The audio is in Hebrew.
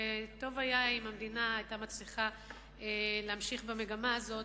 וטוב היה אם המדינה היתה מצליחה להמשיך במגמה הזאת.